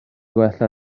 gwella